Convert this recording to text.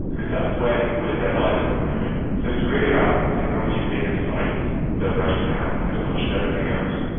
because that's where people live their lives at the moment. so it's really about technology being a site for magic to happen as much as anything else.